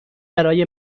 برای